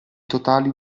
totali